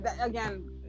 again